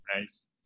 nice